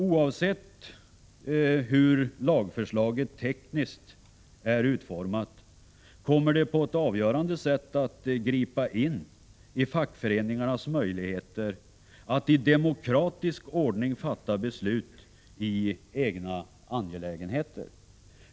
Oavsett hur lagförslaget tekniskt är utformat kommer det att på ett avgörande sätt gripa in i fackföreningarnas möjligheter att i demokratisk ordning fatta beslut i sina egna angelägenheter.